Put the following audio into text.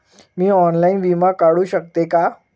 मी online विमा काढू शकते का?